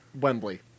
Wembley